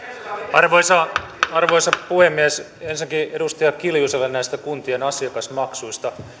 arvoisa puhemies ensinnäkin edustaja kiljuselle näistä kuntien asiakasmaksuista